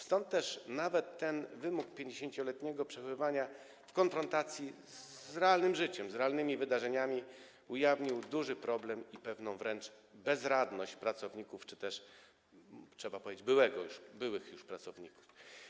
Stąd też nawet ten wymóg 50-letniego przechowywania w konfrontacji z realnym życiem, z realnymi wydarzeniami ujawnił duży problem i wręcz pewną bezradność pracowników czy też, trzeba powiedzieć, już byłych pracowników.